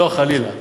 לא, חלילה.